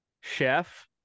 Chef